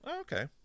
Okay